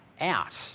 out